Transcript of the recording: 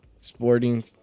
sporting